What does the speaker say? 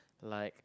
like